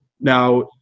now